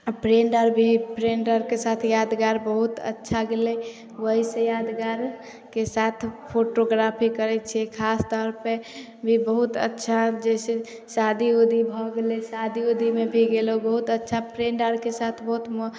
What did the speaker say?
आ फ्रेन्ड आर भी फ्रेन्ड आरके साथ यादगार बहुत अच्छा भेलै वही से यादगारके साथ फोटोग्राफी करै छियै खासतौर जे बहुत अच्छा जैसे शादी उदी भऽ गेलै शादी उदीमे भी गेलहुॅं बहुत अच्छा फ्रेन्ड आरके साथ बहुत म